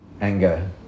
anger